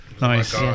Nice